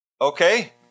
Okay